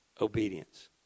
obedience